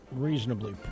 reasonably